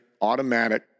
automatic